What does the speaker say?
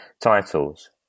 titles